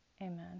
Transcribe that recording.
Amen